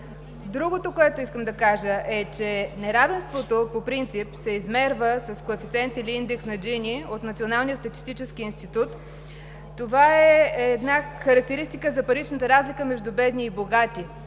Другото, което искам да кажа, е, че неравенството по принцип се измерва с Коефициент или Индекс на Джини от Националния статистически институт. Това е една характеристика за паричната разлика между бедни и богати.